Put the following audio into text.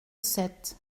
sept